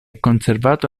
conservato